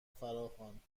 فراخواند